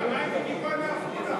מה עם ריקי כהן מעפולה?